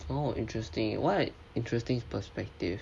oh interesting what a interesting perspective